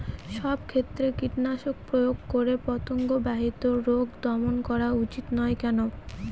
সব ক্ষেত্রে কীটনাশক প্রয়োগ করে পতঙ্গ বাহিত রোগ দমন করা উচিৎ নয় কেন?